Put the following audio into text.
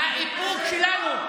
והאיפוק שלנו,